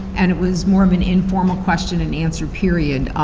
and it was more of an informal question and answer period.